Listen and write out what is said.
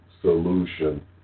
solution